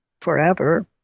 forever